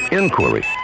inquiry